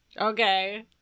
Okay